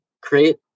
create